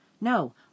No